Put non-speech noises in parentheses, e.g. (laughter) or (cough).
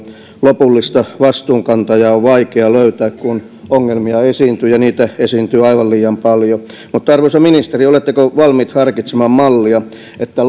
lopullista vastuunkantajaa on vaikea löytää kun ongelmia esiintyy ja niitä esiintyy aivan liian paljon arvoisa ministeri oletteko valmis harkitsemaan mallia että (unintelligible)